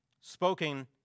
spoken